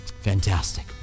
Fantastic